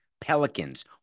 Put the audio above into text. Pelicans